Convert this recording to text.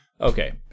Okay